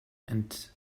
and